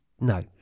no